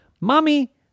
Mommy